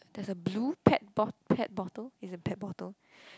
there's a blue pet bot~ pet bottle it's a pet bottle